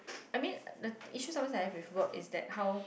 I mean the issues sometimes I have with work is that how